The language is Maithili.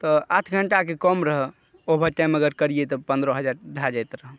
तऽ आठ घण्टाके काम रहै ओवर टाइम अगर करिए तऽ पनरह हजार भऽ जाइत रहै